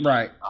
Right